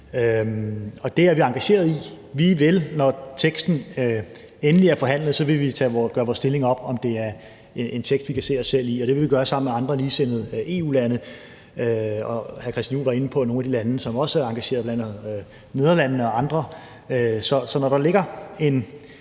Det er vi engagerede i. Vi vil, når teksten er endeligt forhandlet på plads, gøre vores stilling op, med hensyn til om det er en tekst, vi kan se os selv i, og det vil vi gøre sammen med andre ligesindede EU-lande. Og hr. Christian Juhl var inde på nogle af de lande, som også er engagerede, bl.a. Nederlandene og andre. Så når der ligger en